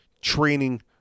training